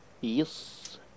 Yes